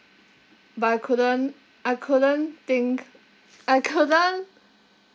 but I couldn't I couldn't think I couldn't